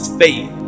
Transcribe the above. faith